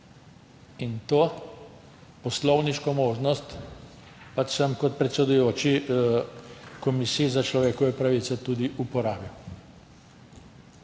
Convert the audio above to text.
To poslovniško možnost sem kot predsedujoči komisiji za človekove pravice tudi uporabil.